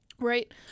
Right